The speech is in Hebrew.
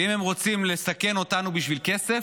ואם הם רוצים לסכן אותנו בשביל כסף,